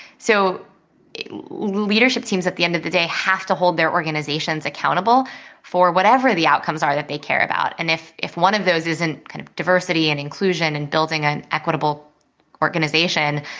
so leadership teams at the end of the day have to hold their organizations accountable for whatever the outcomes are that they care about. and if if one of those isn't kind of diversity and inclusion and building an equitable organization,